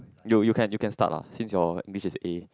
you you can you can start lah since your image is A